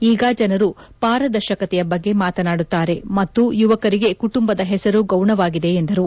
ಈಗ ಜನರು ಪಾದರ್ಶಕತೆಯ ಬಗ್ಗೆ ಮಾತನಾಡುತ್ತಾರೆ ಮತ್ತು ಯುವಕರಿಗೆ ಕುಟುಂಬದ ಹೆಸರು ಗೌಣವಾಗಿದೆ ಎಂದರು